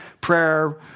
prayer